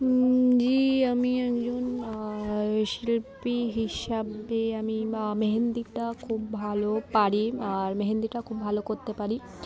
জি আমি একজন শিল্পী হিসাবে আমি মেহেন্দিটা খুব ভালো পারি আর মেহেন্দিটা খুব ভালো করতে পারি